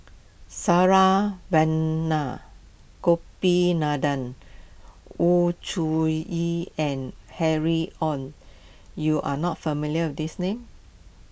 Saravanan Gopinathan Wu Zhuye and Harry Ord you are not familiar with these names